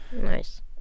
Nice